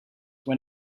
when